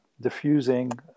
diffusing